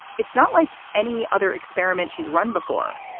it's not like any other experiment she's run before.